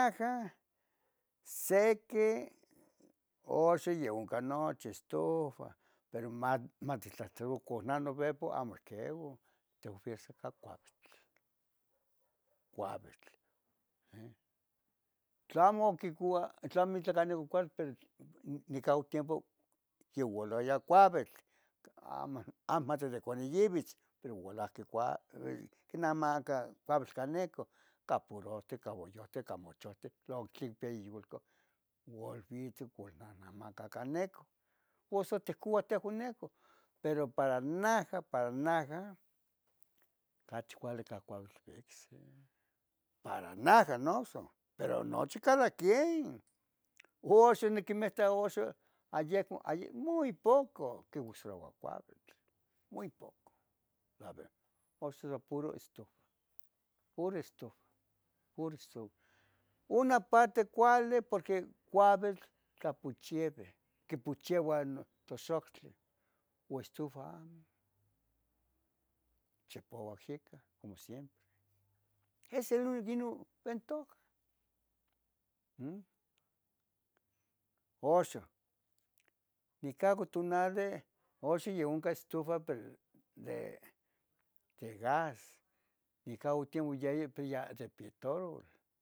Najah sique oxon yen oncan noche estufa pero ma matitlahcoco nah naepo amo ohquevo ica cuavitl, cuavitl, eh, tlamo quicova tlamo tla ic oc cual pero nican oc tiempo yovalaya cuavitl, amo mati de canin yivitz pero oualahque cua cua quinamacah cuavitl cah necoh capurohtic, auayohtic camochohtic lo qui piya iyo val vitz cualnanamacah cah neco pos oticouah tehuan neco pero para najah, para najah cachi cuali ica cauitl icsi, para najah noso, pero nochi cada quien. Oxo nequemita oxo, ayecmo, ayecmo muy poco quicuis xama cuavitl, muy poco la verdad oxon puro estufa, puro estufa, pura estufa una parte cuali porque cuavitl tlapochieveh, quipocheva non toxoctli, uan estufa amo chpipuac yicah como siempre, es el unico inin entoc, m. Oxo nicacu tunali oxi yi onca estufa pero, de gas, nican otiuiyaya pero ya de pitorol